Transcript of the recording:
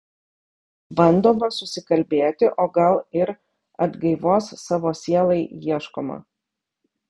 bandoma susikalbėti o gal ir atgaivos savo sielai ieškoma